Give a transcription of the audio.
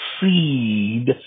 seed